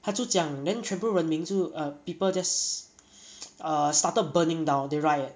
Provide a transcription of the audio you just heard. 他就讲 then 全部人民就 um people just err started burning down they riot